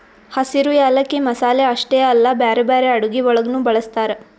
ಹಸಿರು ಯಾಲಕ್ಕಿ ಮಸಾಲೆ ಅಷ್ಟೆ ಅಲ್ಲಾ ಬ್ಯಾರೆ ಬ್ಯಾರೆ ಅಡುಗಿ ಒಳಗನು ಬಳ್ಸತಾರ್